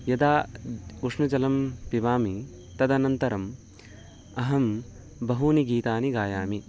यदा उष्णजलं पिबामि तदनन्तरम् अहं बहूनि गीतानि गायामि